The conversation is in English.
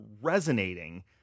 resonating